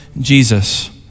Jesus